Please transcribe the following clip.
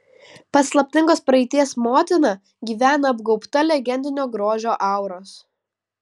paslaptingos praeities motina gyvena apgaubta legendinio grožio auros